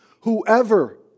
Whoever